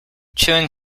chewing